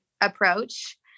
approach